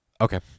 Okay